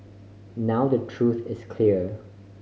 now the truth is clear